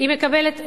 מקבלים תמיכת סעד?